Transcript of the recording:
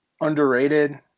underrated